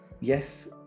Yes